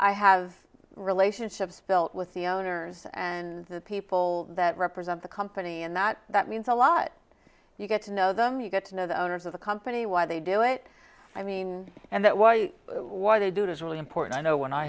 i have relationships built with the owners and the people that represent the company and that means a lot you get to know them you get to know the owners of the company why they do it i mean and that was why they do it is really important i know when i